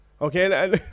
Okay